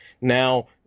now